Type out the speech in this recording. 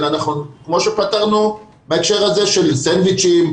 אלא כמו שפתרנו בהקשר הזה של כריכים,